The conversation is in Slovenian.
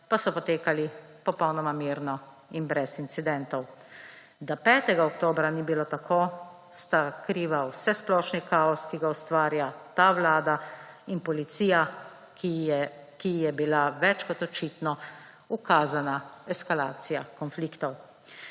pa so potekali popolnoma mirno in brez incidentov. Da 5. oktobra ni bilo tako, sta kriva vsesplošni kaos, ki ga ustvarja ta vlada, in policija, ki ji je bila več kot očitno ukazana eskalacija konfliktov.